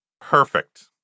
perfect